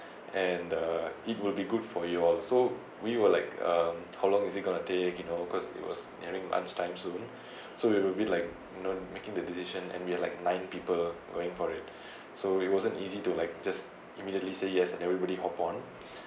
and uh it will be good for you all so we were like um how long is it going to take you know because it was nearing lunchtime soon so it'll be like you know making the decision and we're like nine people going for it so it wasn't easy to like just immediately say yes and everybody hop on